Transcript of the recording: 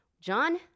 John